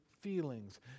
feelings